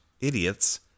idiots